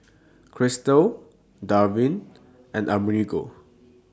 Christel Darvin and Amerigo